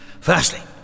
Firstly